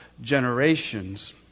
generations